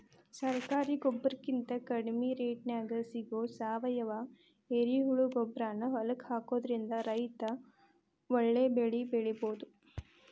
ಸರಕಾರಿ ಗೊಬ್ಬರಕಿಂತ ಕಡಿಮಿ ರೇಟ್ನ್ಯಾಗ್ ಸಿಗೋ ಸಾವಯುವ ಎರೆಹುಳಗೊಬ್ಬರಾನ ಹೊಲಕ್ಕ ಹಾಕೋದ್ರಿಂದ ರೈತ ಒಳ್ಳೆ ಬೆಳಿ ಬೆಳಿಬೊದು